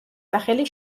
სახელი